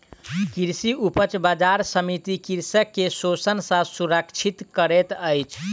कृषि उपज बजार समिति कृषक के शोषण सॅ सुरक्षित करैत अछि